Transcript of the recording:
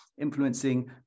influencing